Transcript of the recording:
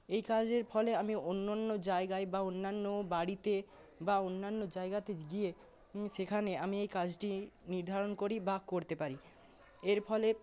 এই কাজের ফলে আমি অন্য অন্য জায়গায় বা অন্যান্য বাড়িতে বা অন্যান্য জায়গাতে গিয়ে সেখানে আমি এই কাজটি নির্ধারণ করি বা করতে পারি এর ফলে